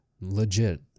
legit